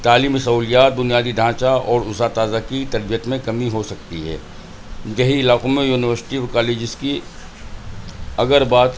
تعلیمی سہولیات بنیادی ڈھانچہ اور اسا تازہ کی تربیت میں کمی ہو سکتی ہے دیہی علاقوں میں یونیورسٹی اور کالجز کی اگر بات